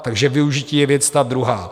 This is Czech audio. Takže využití je věc ta druhá.